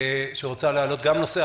שרוצה להעלות גם נושא.